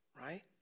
right